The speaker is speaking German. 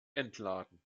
entladen